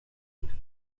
into